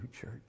church